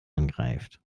angreift